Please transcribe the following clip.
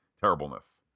terribleness